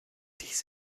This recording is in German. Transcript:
dies